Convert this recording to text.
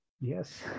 Yes